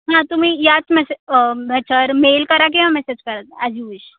हां तुम्ही याच मॅसे याच्यावर मेल करा किंवा मेसेज करा ॲज यू विश